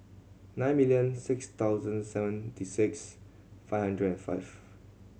nine million six thousand seventy six five hundred and five